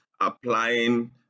applying